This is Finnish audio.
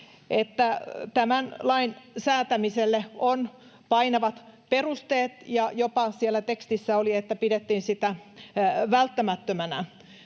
että tämän lain säätämiselle on painavat perusteet, ja siellä tekstissä oli jopa, että pidettiin sitä välttämättömänä.